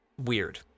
weird